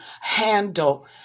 handle